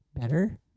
better